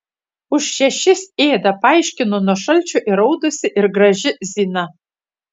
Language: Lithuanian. už šešis ėda paaiškino nuo šalčio įraudusi ir graži zina